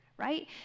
Right